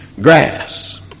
Grass